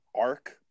arc